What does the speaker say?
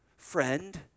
Friend